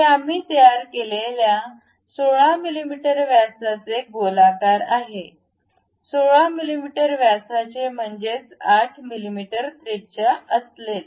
हे आम्ही तयार केलेल्या 16 मिमी व्यासाचे गोलाकार आहे 16 मिमी व्यासाचे म्हणजेच 8 मिमी त्रिज्या असलेले